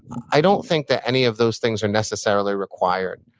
i don't think that any of those things are necessarily required.